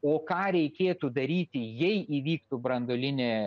o ką reikėtų daryti jei įvyktų branduolinė